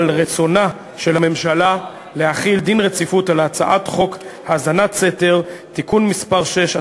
רצונה של הממשלה להחיל דין רציפות על הצעת חוק האזנת סתר (תיקון מס' 6),